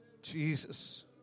Jesus